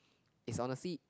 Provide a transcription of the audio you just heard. is on the seat